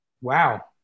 Wow